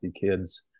kids